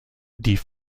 die